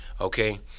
okay